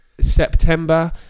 September